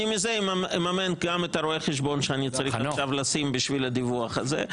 אני בזה אממן גם את רואה החשבון שאני צריך עכשיו לשים בשביל הדיווח הזה,